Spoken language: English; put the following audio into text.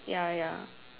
ya ya